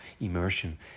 immersion